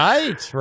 Right